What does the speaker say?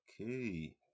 okay